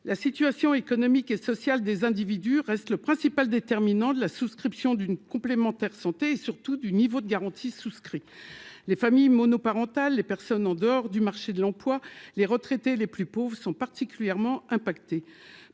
la situation économique et sociale des individus reste le principal déterminant de la souscription d'une complémentaire santé et surtout du niveau de garantie souscrit les familles monoparentales, les personnes en dehors du marché de l'emploi, les retraités les plus pauvres sont particulièrement impacté